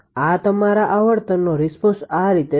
આ તમારા આવર્તનનો રિસ્પોન્સ આ રીતે છે